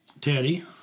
Teddy